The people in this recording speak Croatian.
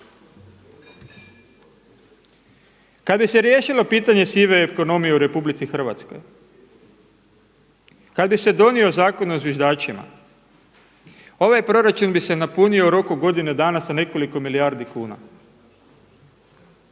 Kada bi se riješilo pitanje sive ekonomije u RH, kada bi se donio Zakon o zviždačima, ovaj proračun bi se napunio u roku od godinu dana sa nekoliko milijardi kuna,